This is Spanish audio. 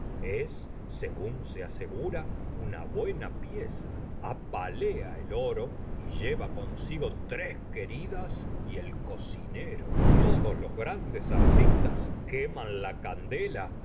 es según se asegura una buena pieza apalea el oro y lleva consigo tres queridas y el cocinero todos los grandes artistas queman la candela